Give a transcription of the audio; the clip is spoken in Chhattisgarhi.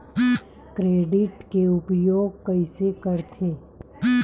क्रेडिट के उपयोग कइसे करथे?